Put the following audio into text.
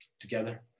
together